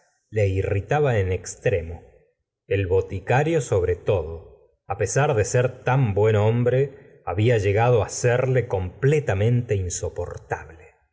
le irritaba en extremo el boticario sobre todo pesar de ser tan buen hombre había llegado serle completamente insoportable